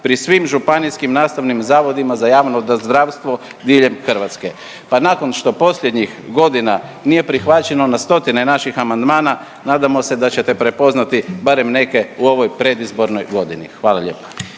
pri svim županijskim nastavnih zavodima za javno zdravstvo diljem Hrvatske pa nakon što posljednjih godina nije prihvaćeno na stotine naših amandmana nadamo se da ćete prepoznati barem neke u ovoj predizbornoj godini. Hvala lijepa.